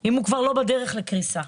אם הוא לא בדרך כבר לקריסה.